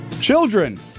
Children